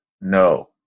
no